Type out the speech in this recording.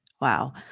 Wow